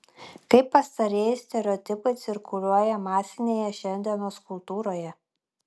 kaip pastarieji stereotipai cirkuliuoja masinėje šiandienos kultūroje